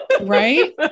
Right